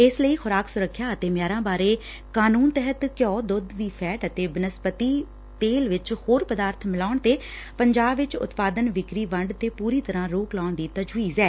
ਇਸ ਲਈ ਖੁਰਾਕ ਸੁਰੱਖਿਆ ਅਤੇ ਮਿਆਰਾਂ ਬਾਰੇ ਕਾਨੂੰਨ ਤਹਿਤ ਘਿਓ ਦੁੱਧ ਦੀ ਫੈਟ ਅਤੇ ਬਨਸਪਤੀਹਾਈਡਰੋਜਿਨੇਟਿਡ ਬਨਸਪਤੀ ਤੇਲ ਵਿੱਚ ਹੋਰ ਪਦਾਰਬ ਮਿਲਾਉਣ ਤੇ ਪੰਜਾਬ ਵਿੱਚ ਉਤਪਾਦਨਵਿਕਰੀਵੰਡ ਤੇ ਪੂਰੀ ਤਰ੍ਹਾਂ ਰੋਕ ਲਗਾਉਣ ਦੀ ਤਜਵੀਜ਼ ਐ